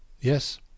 Yes